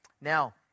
Now